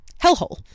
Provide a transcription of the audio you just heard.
hellhole